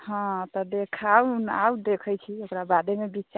हँ तऽ देखाउ ने आउ देखै छी ओकरा बादे ने विचार